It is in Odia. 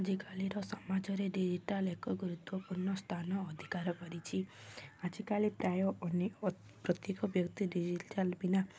ଆଜିକାଲିର ସମାଜରେ ଡିଜିଟାଲ୍ ଏକ ଗୁରୁତ୍ୱପୂର୍ଣ୍ଣ ସ୍ଥାନ ଅଧିକାର କରିଛି ଆଜିକାଲି ପ୍ରାୟ ପ୍ରତ୍ୟେକ ବ୍ୟକ୍ତି ଡିଜିଟାଲ୍ ବିନା